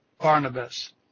Barnabas